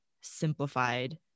simplified